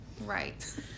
right